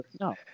No